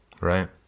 Right